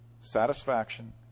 satisfaction